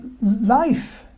life